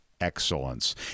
excellence